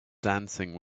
dancing